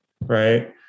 Right